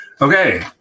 Okay